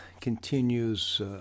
continues